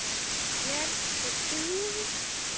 hair cutting